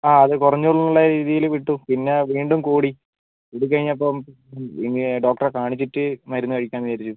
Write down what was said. ആ അത് കുറഞ്ഞു എന്നുള്ള രീതിയിൽ വിട്ടു പിന്നെ വീണ്ടും കൂടി കൂടി കഴിഞ്ഞപ്പം ഇനി ഡോക്ടറെ കാണിച്ചിട്ട് മരുന്ന് കഴിക്കാമെന്ന് വിചാരിച്ചു